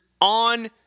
on